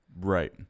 Right